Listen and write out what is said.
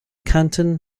canton